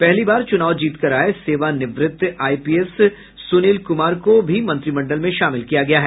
पहली बार चुनाव जीतकर आये सेवानिवृत्त आईपीएस सुनील कुमार को भी मंत्रिमंडल में शामिल किया गया है